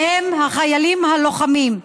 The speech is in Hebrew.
והם החיילים הלוחמים.